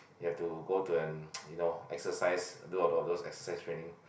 you have to go to and you know exercise do a lot of those exercise training